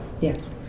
Yes